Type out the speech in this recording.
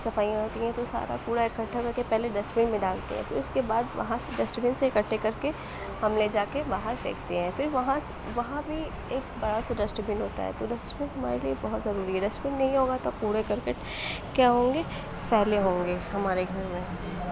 صفائیاں ہوتی ہیں تو سارا کوڑا اکٹھا کر کے پہلے ڈسٹ بن میں ڈالتے ہیں پھر اُس کے بعد وہاں سے ڈسٹ بن سے اکٹھے کر کے ہم لے جا کے باہر پھینکتے ہیں پھر وہاں سے وہاں بھی ایک بڑا سا ڈسٹ بن ہوتا ہے تو ڈسٹ بن ہمارے لیے بہت ضروری ہے ڈسٹ بن نہیں ہوگا تو کوڑے کرکٹ کیا ہوں گے پھیلے ہوں گے ہمارے گھر میں